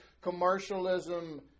commercialism